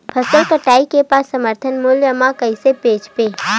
फसल कटाई के बाद समर्थन मूल्य मा कइसे बेचबो?